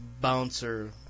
bouncer